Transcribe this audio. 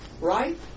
Right